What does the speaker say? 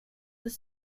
that